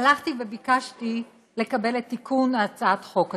הלכתי וביקשתי לקבל את תיקון הצעת החוק הזאת,